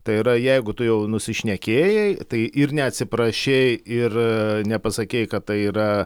tai yra jeigu tu jau nusišnekėjai tai ir neatsiprašei ir nepasakei kad tai yra